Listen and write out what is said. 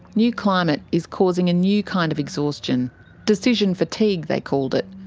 new climate is causing a new kind of exhaustion decision fatigue, they called it.